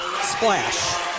Splash